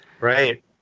right